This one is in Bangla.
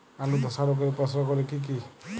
আলুর ধসা রোগের উপসর্গগুলি কি কি?